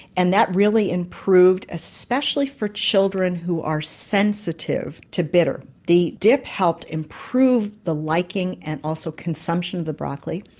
and that really improved, especially for children who are sensitive to bitter, the dip helped improve the liking and also consumption of the broccoli.